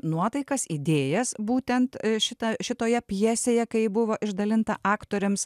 nuotaikas idėjas būtent šitą šitoje pjesėje kai ji buvo išdalinta aktoriams